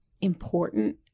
important